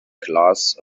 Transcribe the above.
glass